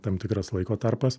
tam tikras laiko tarpas